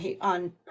on